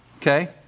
okay